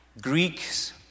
Greeks